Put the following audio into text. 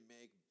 make